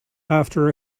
after